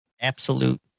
Absolute